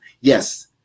Yes